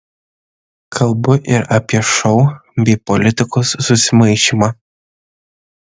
kalbu ir apie šou bei politikos susimaišymą